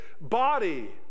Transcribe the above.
body